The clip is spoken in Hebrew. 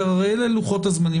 הרי אלה לוחות הזמנים.